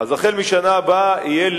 גם יאפשר לנו